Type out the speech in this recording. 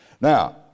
Now